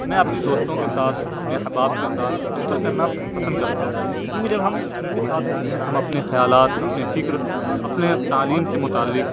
میں اپنے دوستوں کے ساتھ اپنے احباب کے ساتھ سفر کرنا پسند کرتا ہوں کیونکہ جب ہم ان کے ساتھ ہوتے ہیں تو ہم اپنے خیالات اپنے فکر اپنے تعلیم سے متعلق